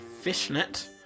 Fishnet